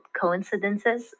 Coincidences